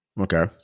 okay